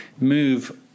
move